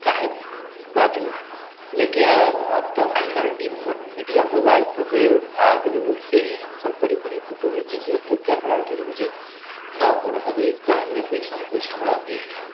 काहे बाजू लेकिन अब तऽ मल्टिमीडिया मोबाइल सब जे आ गेलै वैसे ही हमसब करीब करीब फोटो घीचै छी तऽ कैमराके यूज नहि हो रहल हइ ई कहैमे कोइ सङ्कोच हमरा नहि है